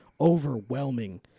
overwhelming